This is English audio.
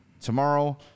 tomorrow